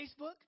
Facebook